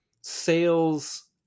sales